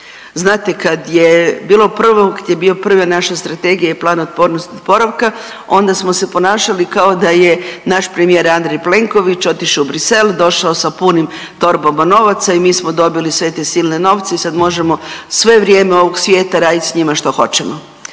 bilo, kad je bila prva naša Strategija i Plan otpornosti i oporavka onda smo se ponašali kao da je naš premijer Andrej Plenković otišao u Bruxelles, došao sa punim torbama novaca i mi smo dobili sve te silne novce i sada možemo sve vrijeme ovoga svijeta raditi s njima što hoćemo.